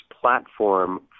platform